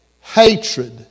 hatred